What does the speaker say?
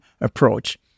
approach